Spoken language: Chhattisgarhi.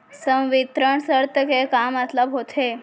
संवितरण शर्त के का मतलब होथे?